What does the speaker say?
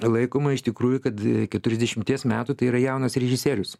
laikoma iš tikrųjų kad keturiasdešimties metų tai yra jaunas režisierius